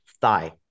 thigh